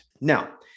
Now